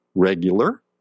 regular